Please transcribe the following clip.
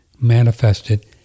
Manifested